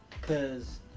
Cause